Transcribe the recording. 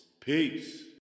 Peace